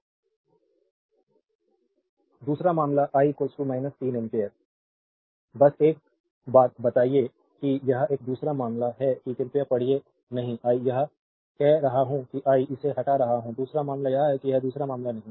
देखें slide time 2647 दूसरा मामला I 3 एम्पीयर बस एक बात बताइए कि यह एक दूसरा मामला यह है कि कृपया पढ़िए नहीं आई यह कह रहा हूं कि आई इसे हटा रहा हूं दूसरा मामला यह है कि यह दूसरा मामला नहीं है